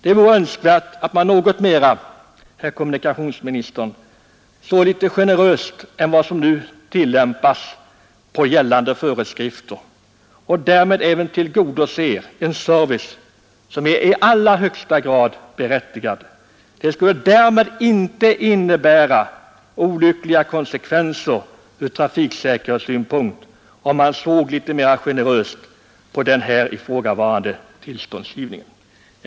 Det vore önskvärt, herr kommunikationsminister, att man tillämpade gällande föreskrifter något mera generöst än vad som nu sker och därmed även tillgodosåg en service som är i allra högsta grad berättigad. Det skulle inte innebära olyckliga konsekvenser från trafiksäkerhetssynpunkt om man såg litet mer generöst på den här ifrågavarande tillståndsgivningen.